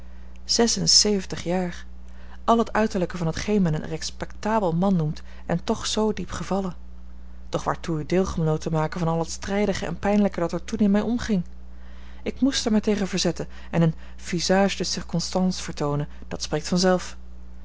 zes en zeventig jaar al het uiterlijke van t geen men een respectabel man noemt en toch zoo diep gevallen doch waartoe u deelgenoot te maken van al het strijdige en pijnlijke dat er toen in mij omging ik moest er mij tegen verzetten en een visage de circonstance vertoonen dat spreekt vanzelf